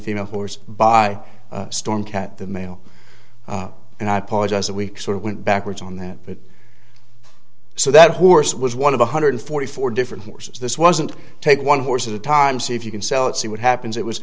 female horse by storm cat the male and i apologize that we sort of went backwards on that route so that horse was one of one hundred forty four different horses this wasn't take one horse at a time see if you can sell it see what happens it was